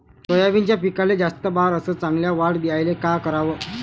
सोयाबीनच्या पिकाले जास्त बार अस चांगल्या वाढ यायले का कराव?